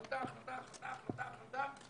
החלטה, החלטה, החלטה, החלטה.